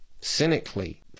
cynically